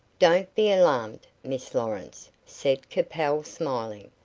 don't be alarmed, miss lawrence, said capel, smiling.